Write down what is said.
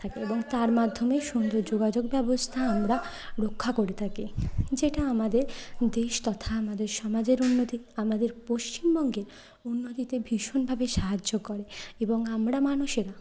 থাকে এবং তার মাধ্যমে সুন্দর যোগাযোগ ব্যবস্থা আমরা রক্ষা করে থাকি যেটা আমাদের দেশ তথা আমাদের সমাজের উন্নতি আমাদের পশ্চিমবঙ্গের উন্নতিতে ভীষণভাবে সাহায্য করে এবং আমরা মানুষেরা